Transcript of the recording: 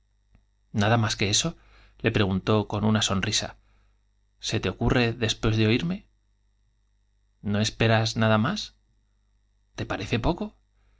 nada más que eso le preguntó con una sonrisa se te ocurre después de oirme no espe ras nada más i te parece po'co